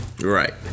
Right